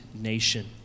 nation